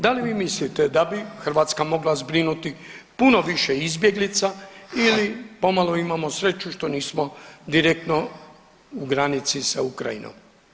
Da li vi mislite da bi Hrvatska mogla zbrinuti puno više izbjeglica ili pomalo imamo sreću što nismo direktno u granici sa Ukrajinom?